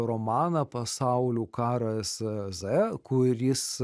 romaną pasaulių karas z kuris